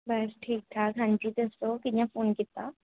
बस ठीक ठाक हां जी दस्सो कि'यां फोन कीता